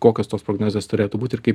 kokios tos prognozės turėtų būt ir kaip